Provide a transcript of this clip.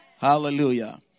hallelujah